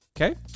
Okay